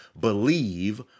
believe